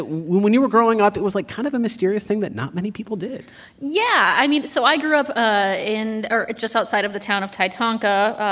when when you were growing up, it was, like, kind of a mysterious thing that not many people did yeah. i mean, so i grew up ah in or just outside of the town of titonka,